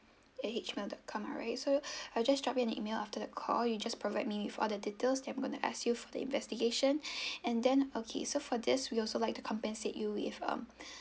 at H email dot com alright so I'll just drop you an email after the call you just provide me with all the details that we're going to ask you for the investigation and then okay so for this we also like to compensate you with um